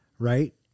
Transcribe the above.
right